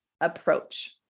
approach